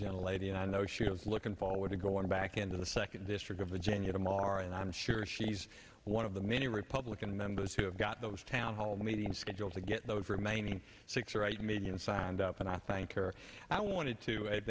young lady and i know she is looking forward to going back into the second district of virginia tomorrow and i'm sure she's one of the many republican members who have got those town hall meetings scheduled to get those remaining six or eight million signed up and i thank her i wanted to add